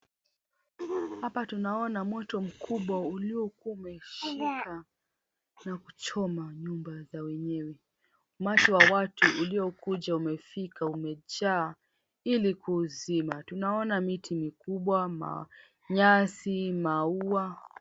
Hapa tunaona moto mkubwa uliokuwa umeshika na kuchoma nyumba za wenyewe. Umati wa watu uliokuja, umefika, umejaa, ili kuuzima. Tunaona miti mikubwa, manyasi, maua.